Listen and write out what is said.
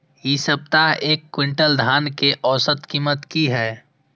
इ सप्ताह एक क्विंटल धान के औसत कीमत की हय?